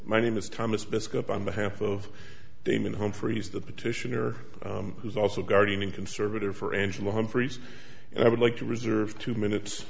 my name is thomas biskup on behalf of damon humphries the petitioner who's also guardian conservator for angela humphries i would like to reserve two minutes